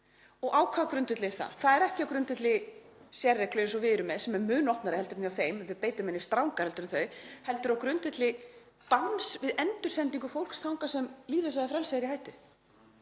Og á hvaða grundvelli er það? Það er ekki á grundvelli sérreglu eins og við erum með, sem er mun opnari en hjá þeim, við beitum henni strangar en þau, heldur á grundvelli banns við endursendingu fólks þangað sem líf þess eða frelsi er í hættu.